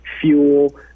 fuel